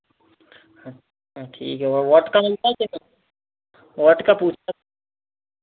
अच्छा ठीक है वोडका मिलता है क्या सर वोडका पूछ रहा था